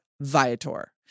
Viator